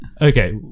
Okay